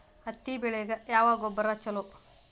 ಹತ್ತಿ ಬೆಳಿಗ ಯಾವ ಗೊಬ್ಬರ ಛಲೋ?